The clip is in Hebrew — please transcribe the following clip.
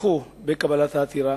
תמכו בקבלת העתירה,